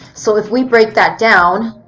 so if we break that down,